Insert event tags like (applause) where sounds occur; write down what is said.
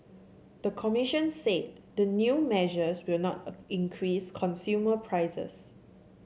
the commission said the new measures will not (hesitation) increase consumer prices